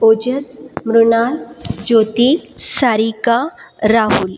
Ojas Mrinal Jyoti Sarika Rahul